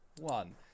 one